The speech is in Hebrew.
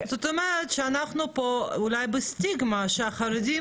זאת אומרת שאנחנו פה אולי בסטיגמה שהחרדים